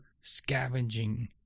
scavenging